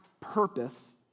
purpose